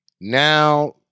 Now